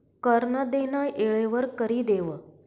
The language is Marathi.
कर नं देनं येळवर करि देवं